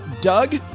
Doug